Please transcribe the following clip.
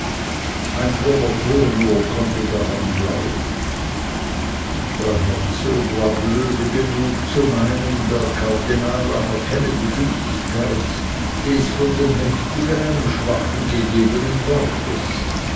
ein frommer tor nur konnte daran glauben der herzog war blöde genug zu meinen der kardinal anerkenne die gültigkeit des von dem mächtigen einem schwachen gegebenen wortes